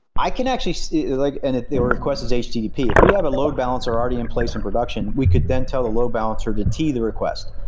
i can actually so like and if their request is http, if we have a load balancer already in place in production, we could then tell the load balancer to tee the request,